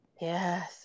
Yes